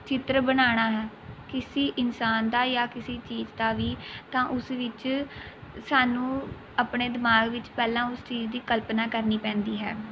ਚਿੱਤਰ ਬਣਾਉਣਾ ਹੈ ਕਿਸੀ ਇਨਸਾਨ ਦਾ ਜਾਂ ਕਿਸੀ ਚੀਜ਼ ਦਾ ਵੀ ਤਾਂ ਉਸ ਵਿੱਚ ਸਾਨੂੰ ਆਪਣੇ ਦਿਮਾਗ਼ ਵਿੱਚ ਪਹਿਲਾਂ ਉਸ ਚੀਜ਼ ਦੀ ਕਲਪਨਾ ਕਰਨੀ ਪੈਂਦੀ ਹੈ